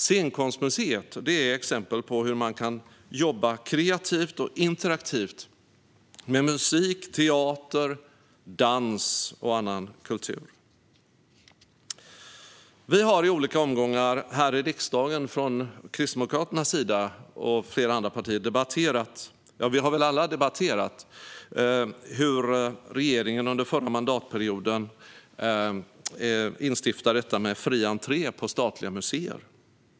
Scenkonstmuseet är exempel på hur man kan jobba kreativt och interaktivt med musik, teater, dans och annan kultur. Vi i Kristdemokraterna och andra parter har i olika omgångar här i riksdagen debatterat hur regeringen under den förra mandatperioden instiftade fri entré på statliga museer.